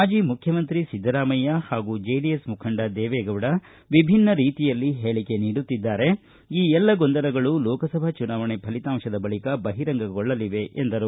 ಮಾಜಿ ಮುಖ್ಯ ಮಂತ್ರಿ ಸಿದ್ದರಾಮಯ್ಯ ಹಾಗೂ ಜೆಡಿಎಸ್ ಮುಖಂಡ ದೇವೇಗೌಡ ವಿಭಿನ್ನ ರೀತಿಯಲ್ಲಿ ಹೇಳಕೆ ನೀಡುತ್ತಿದ್ದಾರೆ ಈ ಎಲ್ಲ ಗೊಂದಲಗಳು ಲೋಕಸಭಾ ಚುನಾವಣೆ ಪಲಿತಾಂಶ ಬಳಿಕ ಬಹಿರಂಗಗೊಳ್ಳಲಿವೆ ಎಂದರು